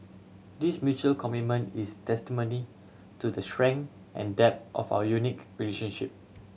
this mutual commitment is testimony to the strength and depth of our unique relationship